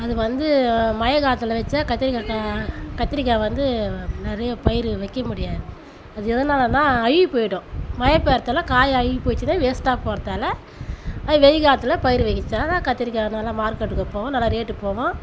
அது வந்து மழைக்காலத்தில் வெச்சால் கத்திரிக்காய் கா கத்திரிக்காய் வந்து நிறைய பயிர் வைக்க முடியாது அது எதனாலன்னா அழுகி போய்விடும் மழை பேய்கிறத்தால காய் அழுகி போய்டுச்சுன்னா வேஸ்ட்டாக போறதால அது வெய்யக்காலத்தில் பயிர் வெச்சோனாக்கா கத்திரிக்காய் நல்ல மார்கெட்டுக்கு போகும் நல்லா ரேட்டு போகும்